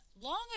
long